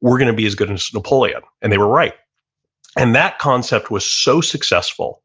we're going to be as good as napoleon. and they were right and that concept was so successful